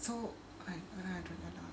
so